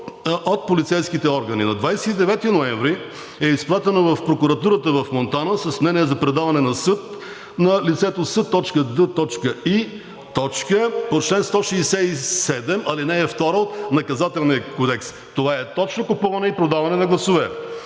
от полицейските органи, а на 29 ноември е изпратено в прокуратурата в Монтана с мнение за предаване на съд на лицето С.Д.И. по чл. 167, ал. 2 от Наказателния кодекс. Това е точно купуване и продаване на гласове.